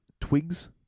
twigs